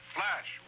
Flash